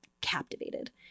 captivated